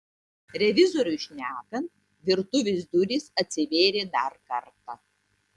revizoriui šnekant virtuvės durys atsivėrė dar kartą